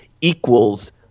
equals